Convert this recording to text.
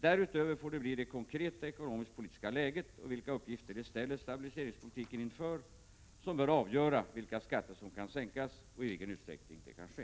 Därutöver får det bli det konkreta ekonomiskpolitiska läget, och vilka uppgifter det ställer stabiliseringspolitiken inför, som får avgöra vilka skatter som kan sänkas och i vilken utsträckning det kan ske.